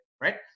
right